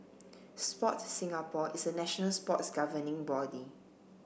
Sport Singapore is the national sports governing body